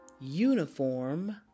Uniform